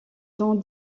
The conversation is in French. sont